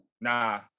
Nah